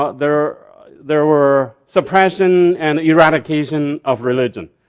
ah there there were suppression and eradication of religion.